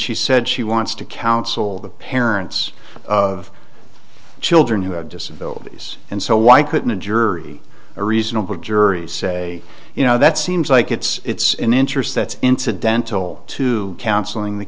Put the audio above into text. she said she wants to counsel the parents of children who have disabilities and so why couldn't a jury a reasonable jury say you know that seems like it's an interest that's incidental to counseling the